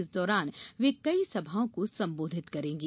इस दौरान वे कई सभाओं को संबोधित करेंगे